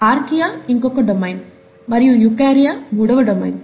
archaea ఇంకొక domain మరియు eukarya మూడవ డొమైన్